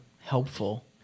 helpful